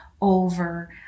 over